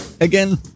Again